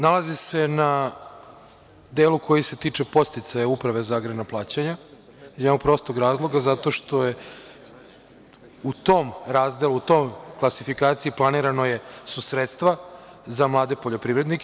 Nalazi se na delu koji se tiče podsticaja Uprave za agrarna plaćanja iz jednog prostog razloga - zato što je u tom razdelu, u toj klasifikaciji planirana su sredstva za mlade poljoprivrednike.